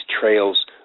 trails